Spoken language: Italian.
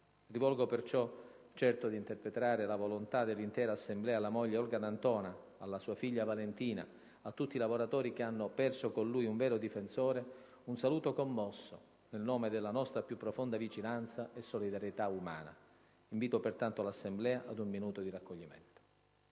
Rivolgo perciò, certo d'interpretare la volontà dell'intera Assemblea, alla moglie Olga D'Antona, a sua figlia Valentina e a tutti i lavoratori che hanno perso con lui un vero difensore, un saluto commosso, nel nome della nostra più profonda vicinanza e solidarietà umana. Invito pertanto l'Assemblea ad un minuto di raccoglimento.